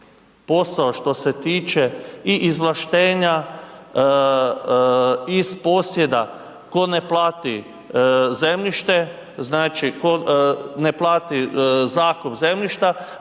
posao što se tiče i izvlaštenja iz posjeda, tko ne plati zemljište,